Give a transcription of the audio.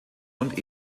und